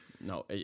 No